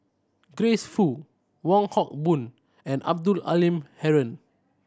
Grace Fu Wong Hock Boon and Abdul Halim Haron